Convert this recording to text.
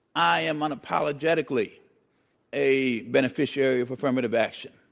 i am unapologetically a beneficiary of affirmative action.